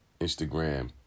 Instagram